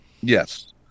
Yes